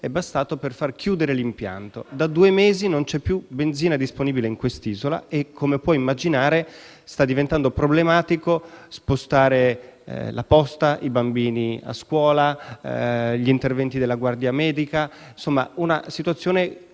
è bastato per far chiudere l'impianto. Da due mesi non c'è più benzina disponibile in quest'isola e, come può immaginare, sta diventando problematico spostare la posta, portare i bambini a scuola, effettuare gli interventi della guardia medica. Insomma, è una situazione